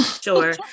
Sure